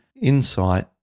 insight